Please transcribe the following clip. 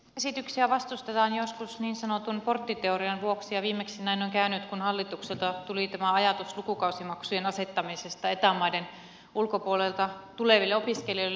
esityksiä vastustetaan joskus niin sanotun porttiteorian vuoksi ja viimeksi näin on käynyt kun hallitukselta tuli tämä ajatus lukukausimaksujen asettamisesta eta maiden ulkopuolelta tuleville opiskelijoille